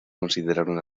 consideraron